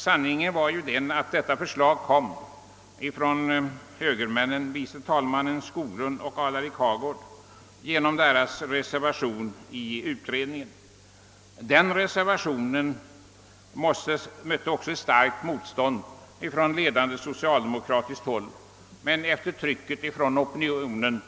Sanningen var ju den att detta förslag framställdes av högermännen vice talmannen Skoglund och Alarik Hagård genom deras reservation i utredningen. Den reservationen mötte också ett starkt motstånd från ledande socialdemokratiskt håll, men efter trycket från opinionen